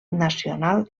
nacional